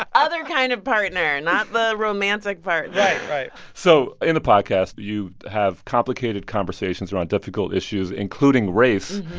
ah other kind of partner, not the romantic partner right, right so in the podcast, you have complicated conversations around difficult issues including race.